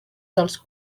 dels